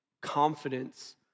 confidence